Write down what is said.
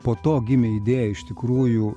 po to gimė idėja iš tikrųjų